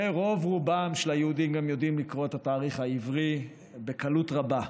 ורוב-רובם של היהודים גם יודעים לקרוא את התאריך העברי בקלות רבה.